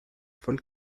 von